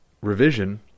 revision